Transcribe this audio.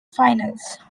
finals